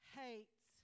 hates